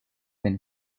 been